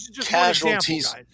casualties-